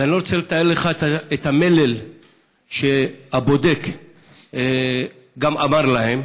ואני לא רוצה לתאר לך את המלל שהבודק גם אמר להן.